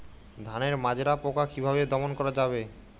ধানের মাজরা পোকা কি ভাবে দমন করা যাবে?